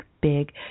big